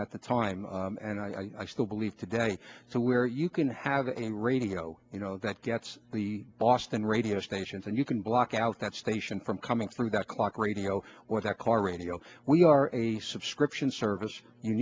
at the time and i still believe today so where you can have a radio you know that gets lost in radio stations and you can block out that station from coming from that clock radio or that car radio we are a subscription service you